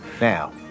Now